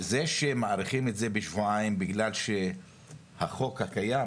זה שמאריכים את זה בשבועיים בגלל שהחוק הקיים